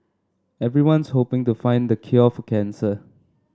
everyone's hoping to find the cure for cancer